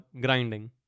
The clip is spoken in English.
grinding